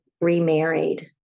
remarried